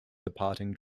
departing